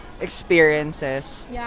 experiences